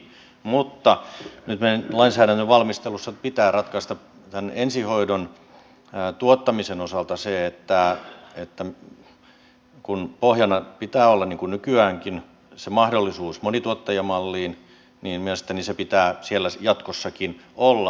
mutta nyt meidän lainsäädännön valmistelussa pitää ratkaista tämän ensihoidon tuottamisen osalta se että kun pohjana pitää olla niin kuin nykyäänkin se mahdollisuus monituottajamalliin niin mielestäni se pitää siellä jatkossakin olla